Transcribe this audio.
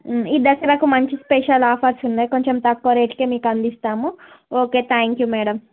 ఈ దసరాకి మంచి స్పెషల్ ఆఫర్స్ ఉన్నాయి కొంచెం తక్కువ రేటుకే మీకు అందిస్తాము ఓకే థ్యాంక్ యు మేడం